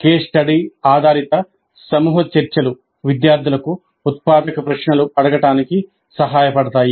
case study ఆధారిత సమూహ చర్చ లు విద్యార్థులకు ఉత్పాదక ప్రశ్నలు అడగడానికి సహాయపడతాయి